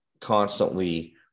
constantly